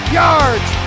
yards